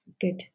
good